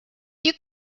you